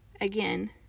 Again